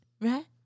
right